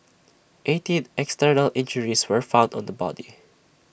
eighteen external injuries were found on the body